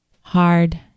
hard